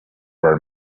were